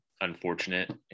unfortunate